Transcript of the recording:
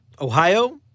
Ohio